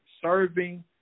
serving